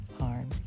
harm